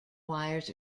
wires